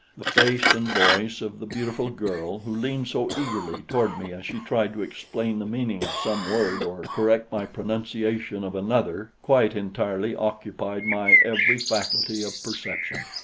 the face and voice of the beautiful girl who leaned so eagerly toward me as she tried to explain the meaning of some word or correct my pronunciation of another quite entirely occupied my every faculty of perception.